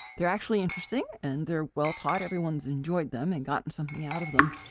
they're actually interesting. and they're well taught. everyone's enjoyed them and gotten something out of them.